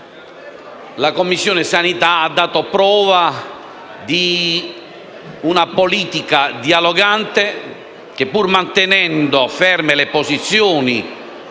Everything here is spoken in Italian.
la Commissione sanità abbia dato prova di una politica dialogante che, pur mantenendo ferme le posizioni